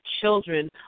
children